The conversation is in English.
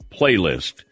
playlist